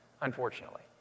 unfortunately